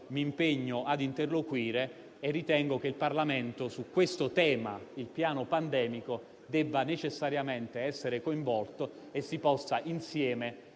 mi impegno ad interloquire. Ritengo che il Parlamento sul tema del piano pandemico debba necessariamente essere coinvolto e che si possa costruire